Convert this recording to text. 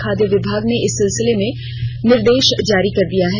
खाद्य विभाग ने इस सिलसिले में निर्देश जारी कर दिया है